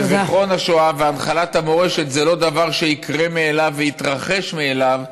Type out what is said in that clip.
שזיכרון השואה והנחלת המורשת זה לא דבר שיקרה מאליו ויתרחש מאליו,